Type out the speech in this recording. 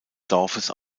dorfes